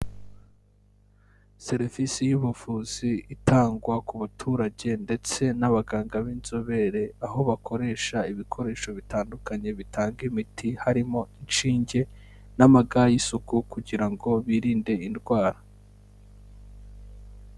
Serivisi y'ubuvuzi itangwa ku baturage ndetse n'abaganga b'inzobere, aho bakoresha ibikoresho bitandukanye bitanga imiti, harimo inshinge n'amaga y'isuku kugira ngo birinde indwara.